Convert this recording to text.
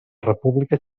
república